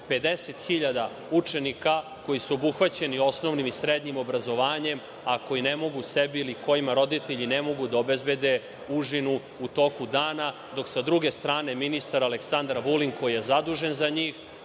50.000 učenika koji su obuhvaćeni osnovnim i srednjim obrazovanjem, a koji ne mogu sebi ili kojima roditelji ne mogu da obezbede užinu u toku dana, dok sa druge strane ministar Aleksandar Vulin koji je zadužen za njih